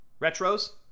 Retros